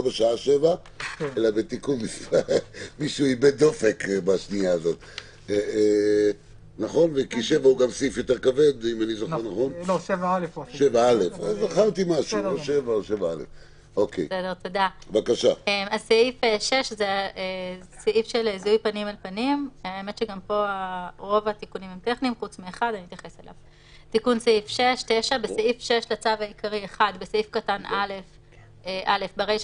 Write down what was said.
תיקון סעיף 6. 9. בסעיף קטן (א) ברישה,